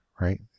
right